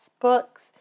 books